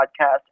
podcast